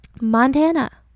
Montana